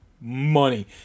money